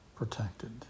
Protected